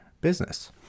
business